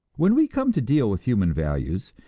when we come to deal with human values,